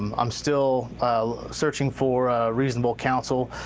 i'm still searching for reasonable council,